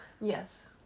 Yes